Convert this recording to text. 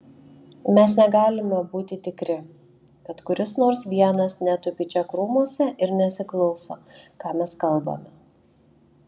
mes negalime būti tikri kad kuris nors vienas netupi čia krūmuose ir nesiklauso ką mes kalbame